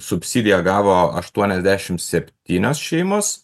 subsidiją gavo aštuoniasdešimt septynios šeimos